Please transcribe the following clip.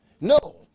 No